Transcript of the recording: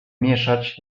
mieszać